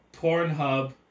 Pornhub